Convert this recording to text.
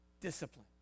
discipline